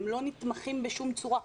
הם לא מתמחים בשום צורה.